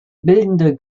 bildende